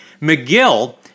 McGill